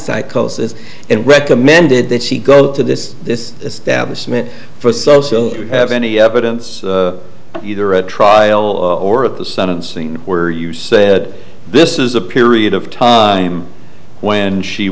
psychosis and recommended that she go to this this establishment for so so have any evidence either at trial or at the sentencing where you said this is a period of time when she